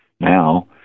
now